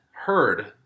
heard